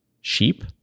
sheep